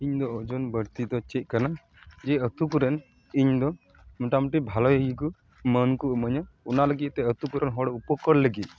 ᱤᱧᱫᱚ ᱚᱡᱚᱱ ᱵᱟᱹᱲᱛᱤ ᱫᱚ ᱪᱮᱫ ᱠᱟᱱᱟ ᱡᱮ ᱟᱛᱩ ᱠᱚᱨᱮᱱ ᱤᱧᱫᱚ ᱢᱚᱴᱟᱢᱩᱴᱤ ᱵᱷᱟᱞᱤ ᱜᱮᱠᱚ ᱢᱟᱹᱱ ᱠᱚ ᱮᱢᱟᱹᱧᱟ ᱚᱱᱟ ᱞᱟᱹᱜᱤᱫ ᱛᱮ ᱟᱛᱩ ᱠᱚᱨᱮᱱ ᱦᱚᱲ ᱩᱯᱚᱠᱟᱨ ᱞᱟᱹᱜᱤᱫ